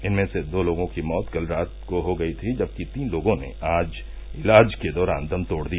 इनमें से दो लोगों की मौत कल रात को हो गयी थी जबकि तीन लोगों ने आज इलाज के दौरान दम तोड़ दिया